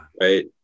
right